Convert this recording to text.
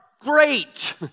great